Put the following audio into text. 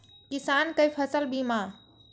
किसान कै फसल बीमा?